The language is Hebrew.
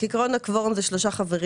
כעיקרון הקוורום זה 3 חברים,